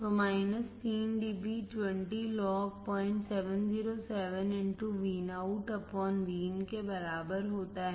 तो 3 dB 20log 0707 Vout Vin के बराबर होता है